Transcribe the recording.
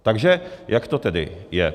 Takže jak to tedy je?